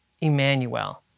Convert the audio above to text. Emmanuel